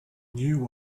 knew